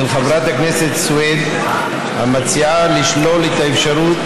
של חברת הכנסת סויד מציעה לשלול את האפשרות